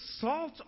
salt